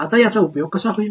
आता याचा उपयोग कसा होईल